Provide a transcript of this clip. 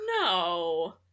no